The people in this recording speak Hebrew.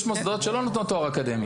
יש מוסדות שלא נותנים תואר אקדמי.